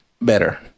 Better